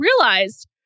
realized